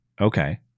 Okay